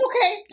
Okay